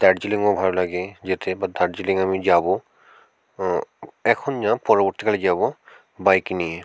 দার্জিলিংও ভালো লাগে যেতে এবার দার্জিলিং আমি যাব এখন না পরবর্তীকালে যাব বাইক নিয়ে